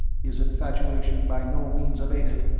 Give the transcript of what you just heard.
his infatuation by no means abated,